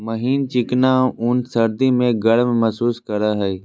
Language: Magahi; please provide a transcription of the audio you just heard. महीन चिकना ऊन सर्दी में गर्म महसूस करेय हइ